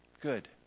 Good